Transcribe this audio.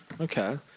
Okay